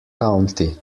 county